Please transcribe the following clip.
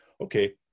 okay